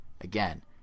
...again